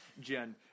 Jen